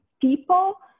people